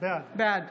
בעד